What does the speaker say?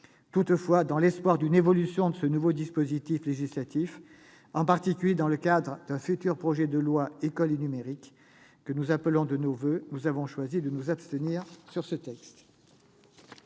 Toutefois, dans l'espoir d'une évolution de ce nouveau dispositif législatif, en particulier dans le cadre de l'examen d'un futur projet de loi sur l'école et le numérique, que nous appelons de nos voeux, nous avons choisi de nous abstenir sur ce texte.